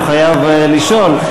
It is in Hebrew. הוא חייב לשאול.